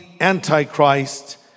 Antichrist